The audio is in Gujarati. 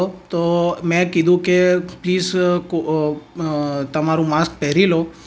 તો મેં કીધું કે પ્લીસ તમારું માસ્ક પહેરી લો